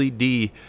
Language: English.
LED